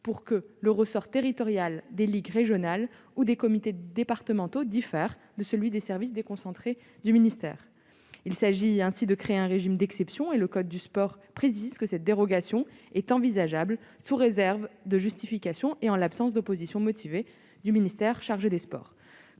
pour que le ressort territorial des ligues régionales ou des comités départementaux diffère de celui des services déconcentrés du ministère. Il s'agit ainsi de créer un régime d'exception. En outre, le code du sport précise que cette dérogation est envisageable, sous réserve de justification et en l'absence d'opposition motivée du ministère chargé des sports.